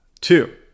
two